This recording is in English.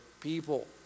people